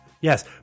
Yes